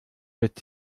wird